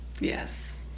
yes